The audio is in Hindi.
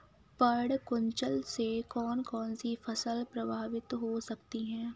पर्ण कुंचन से कौन कौन सी फसल प्रभावित हो सकती है?